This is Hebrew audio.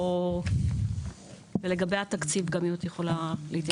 גם אשמח אם תוכלי להתייחס לתקציב.